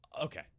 okay